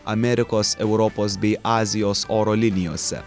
amerikos europos bei azijos oro linijose